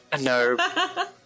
No